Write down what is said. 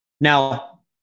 Now